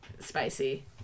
spicy